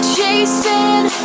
Chasing